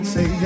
Say